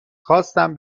خواستم